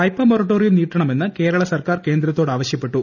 വായ്പാ മൊറട്ടോറിയം നീട്ടണമെന്ന് കേരള സർക്കാർ കേന്ദ്രത്തോട് ആവശ്യപ്പെട്ടു